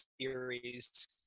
series